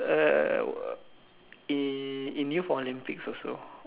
uh in in youth Olympics also